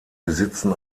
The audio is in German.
besitzen